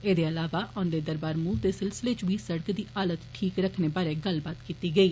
एहदे इलावा औंदे दरबार मूव दे सिलसिले च बी सड़कै दी हालत ठीक रक्खने बारै गल्लबात कीती गेई